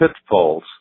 pitfalls